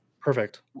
Perfect